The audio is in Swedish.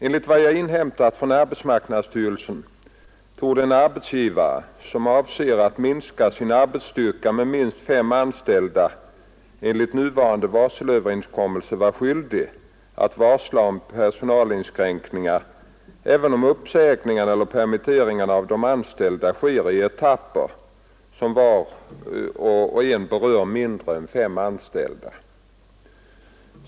Enligt vad jag inhämtat från arbetsmarknadsstyrelsen torde en arbetsgivare, som avser att minska sin arbetsstyrka med minst fem anställda, enligt nuvarande varselöverenskommelse vara skyldig att varsla om personalinskränkningen, även om uppsägningarna eller permitteringarna av de anställda sker i etapper som var och en berör mindre än fem anställda.